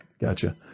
Gotcha